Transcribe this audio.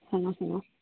ହଁ ହଁ